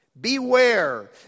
Beware